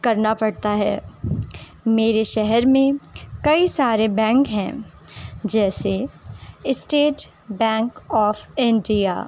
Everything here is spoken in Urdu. کرنا پڑتا ہے میرے شہر میں کئی سارے بینک ہیں جیسے اسٹیٹ بینک آف انڈیا